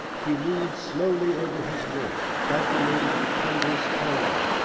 he moves slowly over his work, calculating the tenderest tone,